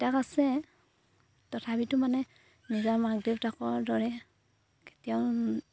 আইতাক আছে তথাপিতো মানে নিজৰ মাক দেউতাকৰ দৰে কেতিয়াও